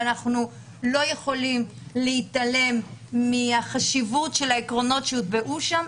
ואנחנו לא יכולים להתעלם מהחשיבות של העקרונות שהוטבעו שם,